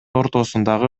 ортосундагы